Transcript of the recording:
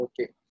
Okay